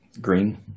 Green